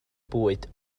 bwyd